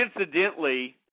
incidentally